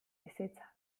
bizitza